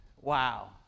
Wow